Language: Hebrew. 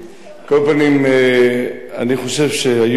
על כל פנים, אני חושב שהיום,